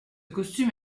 costume